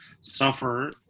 suffer